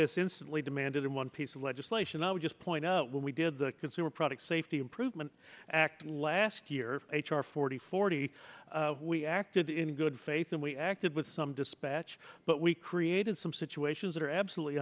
this instantly demanded in one piece of legislation i would just point out when we did the consumer product safety improvement act last year h r forty forty we acted in good faith and we acted with some dispatch but we created some situations that are absolutely